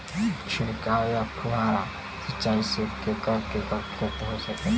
छिड़काव या फुहारा सिंचाई से केकर केकर खेती हो सकेला?